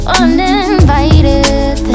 uninvited